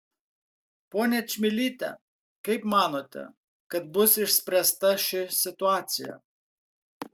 ponia čmilyte kaip manote kad bus išspręsta ši situacija